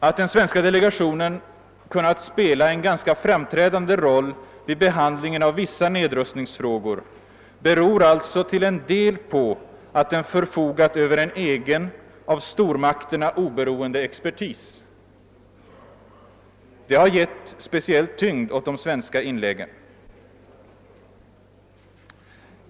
Att den svenska delegationen kunnat spela en ganska framträdande roll vid behandlingen av vissa nedrustningsfrågor beror alltså till en del på att den förfogat över en egen, av stormakterna oberoende expertis. Det har givit speciell tyngd åt de svenska inläggen.